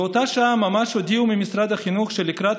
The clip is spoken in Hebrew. באותה שעה ממש הודיעו ממשרד החינוך שלקראת